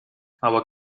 aber